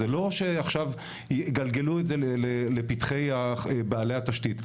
זה לא שעכשיו יגלגלו את זה לפתחי בעלי התשתית.